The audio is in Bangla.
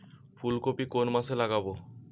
ফুলকপি কোন মাসে লাগাবো?